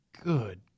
Good